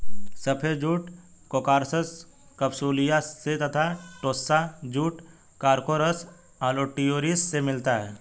सफ़ेद jute Corchorus capsularis से तथा टोस्सा जूट कोर्कोरस ओलिटोरियस से मिलता है